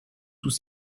sous